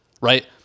right